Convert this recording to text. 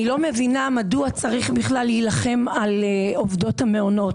אני לא מבינה מדוע צריך בכלל להילחם על עובדות המעונות.